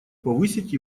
повысить